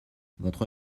votre